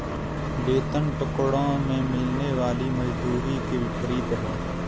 वेतन टुकड़ों में मिलने वाली मजदूरी के विपरीत है